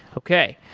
okay.